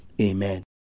Amen